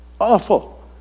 awful